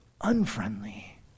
unfriendly